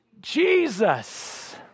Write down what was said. Jesus